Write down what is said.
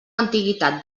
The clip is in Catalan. antiguitat